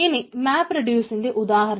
ഇനി മാപ്പ് റെഡ്യൂസിന്റെ ഉദാഹരണം